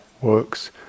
works